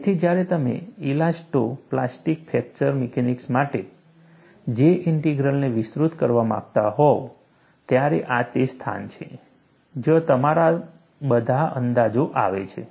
તેથી જ્યારે તમે ઇલાસ્ટો પ્લાસ્ટિક ફ્રેક્ચર મિકેનિક્સ માટે J ઇન્ટિગ્રલને વિસ્તૃત કરવા માંગતા હોવ ત્યારે આ તે સ્થાન છે જ્યાં તમારા બધા અંદાજો આવે છે